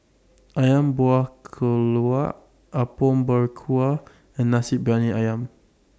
Ayam Buah Keluak Apom Berkuah and Nasi Briyani Ayam